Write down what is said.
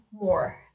more